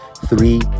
Three